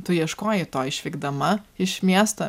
tu ieškojai to išvykdama iš miesto